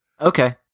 Okay